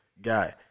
guy